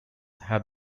have